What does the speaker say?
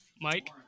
Mike